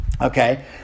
Okay